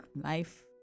life